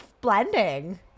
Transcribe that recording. blending